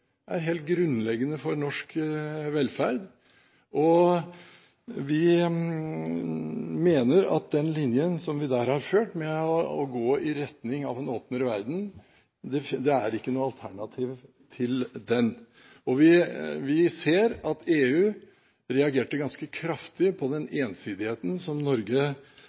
er helt grunnleggende for norsk velferd, og vi mener at det ikke er noe alternativ til den linjen vi der har ført, med å gå i retning av en åpnere verden. Vi ser at EU reagerte ganske kraftig på den ensidigheten som Norge viste i forrige periode når det gjaldt en del sånne tiltak. Det tror jeg ikke Norge